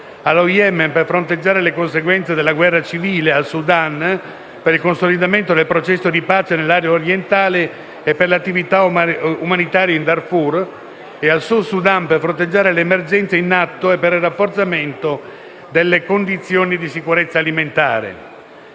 allo Yemen (per fronteggiare le conseguenze della guerra civile), al Sudan (per il consolidamento del processo di pace nell'area orientale e per l'attività umanitaria in Darfur) e al Sud Sudan (per fronteggiare l'emergenza in atto e per il rafforzamento delle condizioni di sicurezza alimentare).